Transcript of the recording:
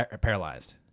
paralyzed